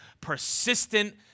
persistent